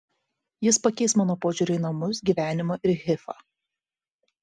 jis pakeis mano požiūrį į namus gyvenimą ir hifą